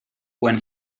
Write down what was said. when